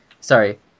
sorry